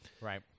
Right